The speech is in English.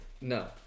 no